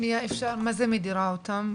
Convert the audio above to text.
מה זה מדירה אותם?